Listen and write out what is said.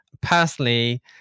personally